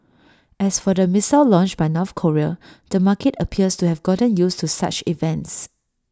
as for the missile launch by North Korea the market appears to have gotten used to such events